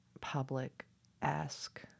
public-esque